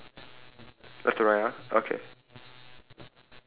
uh you want do left to right or right to left or up down